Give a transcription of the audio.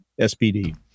SPD